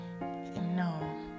No